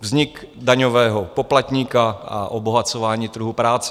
vznik daňového poplatníka a obohacování trhu práce.